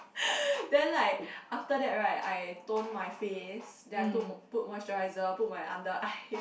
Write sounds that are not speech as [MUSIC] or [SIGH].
[LAUGHS] then like after that right I tone my face then I tone put moisturiser put my under eye